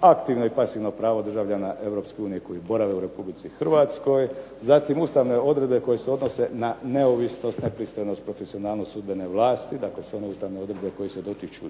aktivno i pasivno pravo državljana Europske unije koji borave u Republici Hrvatskoj, zatim ustavne odredbe koje se odnose na neovisnost, nepristranost, profesionalnost sudbene vlasti, dakle sve one ustavne odredbe koje se dotiču